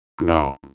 No